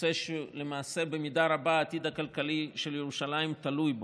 נושא שלמעשה במידה רבה העתיד הכלכלי של ירושלים תלוי בו,